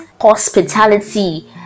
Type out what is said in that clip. hospitality